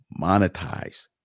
monetize